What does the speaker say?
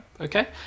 Okay